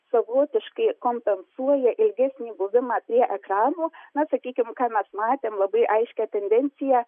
savotiškai kompensuoja ilgesnį buvimą prie ekranų na sakykim ką mes matėm labai aiškią tendenciją